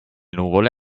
nuvole